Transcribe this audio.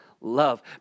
love